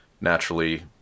naturally